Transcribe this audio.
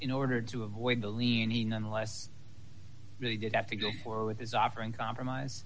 in order to avoid the leaning unless they did have to go forward with his offer and compromise